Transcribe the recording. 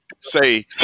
say